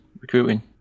recruiting